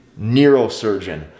neurosurgeon